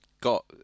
got